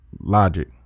logic